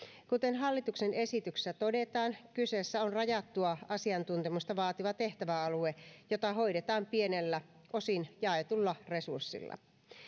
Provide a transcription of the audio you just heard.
kuten hallituksen esityksessä todetaan kyseessä on rajattua asiantuntemusta vaativa tehtäväalue jota hoidetaan pienellä osin jaetulla resurssilla